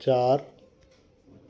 चार